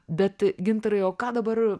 bet gintarai o ką dabar